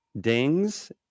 dings